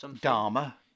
Dharma